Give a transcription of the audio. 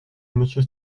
monsieur